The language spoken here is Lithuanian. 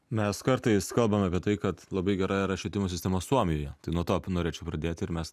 mes kartais kalbam apie tai kad labai gera yra švietimo sistema suomijoje tai nuo to norėčiau pradėti ir mes